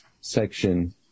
section